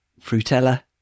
frutella